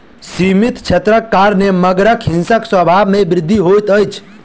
सीमित क्षेत्रक कारणेँ मगरक हिंसक स्वभाव में वृद्धि होइत अछि